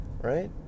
Right